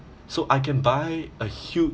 so I can buy a huge